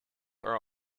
are